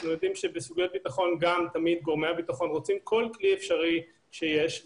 אנחנו יודעים שבסוגיות ביטחון גורמי הביטחון רוצים כל כלי אפשרי שיש,